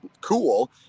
cool